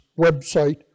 website